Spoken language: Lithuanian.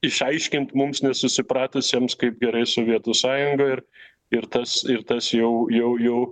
išaiškint mums nesusipratusiems kaip gerai sovietų sąjunga ir ir tas ir tas jau jau jau